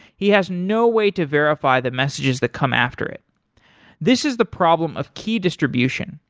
he has no way to verify the messages that come after it this is the problem of key distribution.